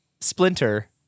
Splinter